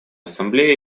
ассамблея